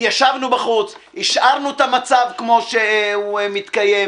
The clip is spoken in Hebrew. התיישבנו בחוץ, השארנו את המצב כמו שהוא מתקיים.